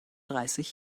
dreißig